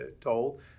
told